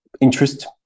interest